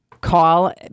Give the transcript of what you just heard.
call